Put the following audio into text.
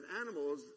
animals